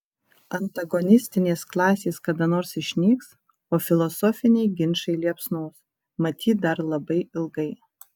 antagonistinės klasės kada nors išnyks o filosofiniai ginčai liepsnos matyt dar labai ilgai